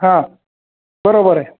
हा बरोबर आहे